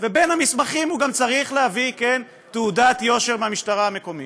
ובין המסמכים הוא גם צריך להביא תעודת יושר מהמשטרה המקומית.